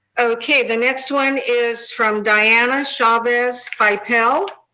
okay, the next one is from dianna chavez bipel.